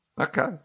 okay